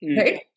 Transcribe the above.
Right